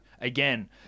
again